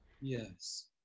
yes